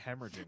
hemorrhaging